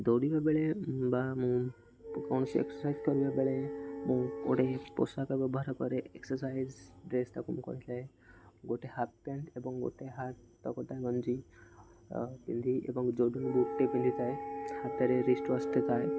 ଦୌଡ଼ିବା ବେଳେ ବା ମୁଁ କୌଣସି ଏକ୍ସରସାଇଜ୍ କରିବା ବେଳେ ମୁଁ ଗୋଟେ ପୋଷାକ ବ୍ୟବହାର କରେ ଏକ୍ସରସାଇଜ୍ ଡ୍ରେସ୍ ତାକୁ ମୁଁ କହିଥାଏ ଗୋଟେ ହାଫ୍ ପେଣ୍ଟ ଏବଂ ଗୋଟେ ହାତକଟା ଗଞ୍ଜି ପିନ୍ଧି ଏବଂ ଯେଉଁଠାରୁ ଗୋଟେ ପିନ୍ଧିଥାଏ ହାତରେ ରିଷ୍ଟ ୱାଚ୍ଟେ ଥାଏ